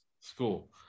school